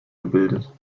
gebildet